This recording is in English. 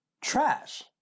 Trash